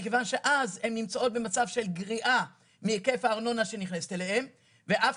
מכיוון שאז הם נמצאים במצב של גריעה מהיקף הארנונה שנכנסת אליהם ואף